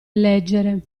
leggere